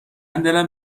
دلم